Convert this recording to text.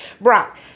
Brock